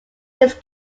its